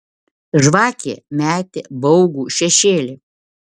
žvakė metė baugų šešėlį